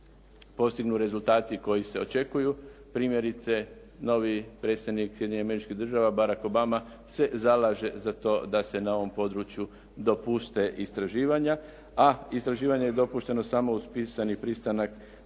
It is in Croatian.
postignu rezultati koji se očekuju, primjerice novi predsjednik Sjedinjenih Američkih Država Barack Obama se zalaže za to da se na ovom području dopuste istraživanja a istraživanje je dopušteno samo uz pisani pristanak bračnih ili izvanbračnih drugova